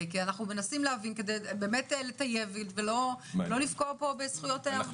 אנחנו מנסים להבין כדי לטייב ולא לפגוע פה בזכויות עובדים.